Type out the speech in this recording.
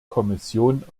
kommission